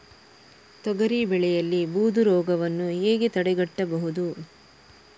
ತೊಗರಿ ಬೆಳೆಯಲ್ಲಿ ಬೂದು ರೋಗವನ್ನು ಹೇಗೆ ತಡೆಗಟ್ಟಬಹುದು?